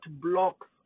blocks